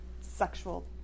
sexual